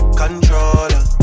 controller